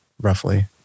roughly